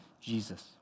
Jesus